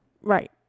Right